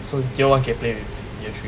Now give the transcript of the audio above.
so year one can play with year three